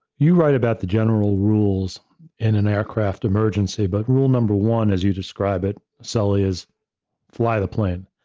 you write about the general rules in an aircraft emergency, but rule number, one as you describe it, sully, is fly the plane,